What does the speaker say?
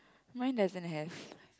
mine doesn't have